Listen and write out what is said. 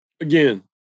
again